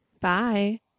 Bye